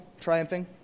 triumphing